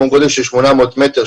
כמו גודל של 800 מטר,